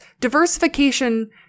diversification